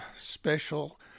special